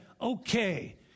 okay